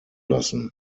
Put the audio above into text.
lassen